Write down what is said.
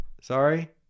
sorry